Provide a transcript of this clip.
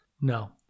No